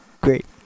great